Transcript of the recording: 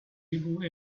able